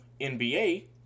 NBA